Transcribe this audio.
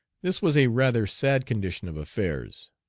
this was a rather sad condition of affairs.